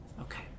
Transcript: Okay